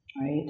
Right